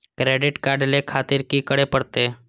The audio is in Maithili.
क्रेडिट कार्ड ले खातिर की करें परतें?